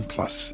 Plus